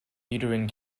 uterine